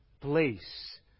place